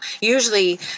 usually